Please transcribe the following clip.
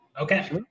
okay